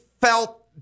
felt